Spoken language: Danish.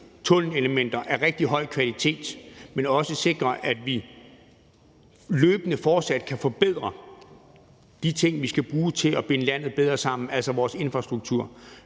tunnelelementer af rigtig høj kvalitet, men også sikrer, at vi løbende fortsat kan forbedre de ting, vi skal bruge til at binde landet bedre sammen, altså vores infrastruktur,